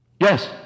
Yes